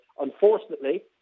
Unfortunately